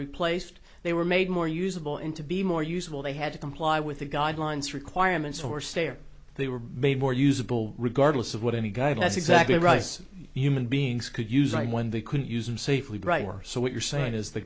replaced they were made more usable and to be more usable they had to comply with the guidelines requirements or stay or they were made more usable regardless of what any guy that's exactly right human beings could use like when they couldn't use them safely bright so what you're saying is the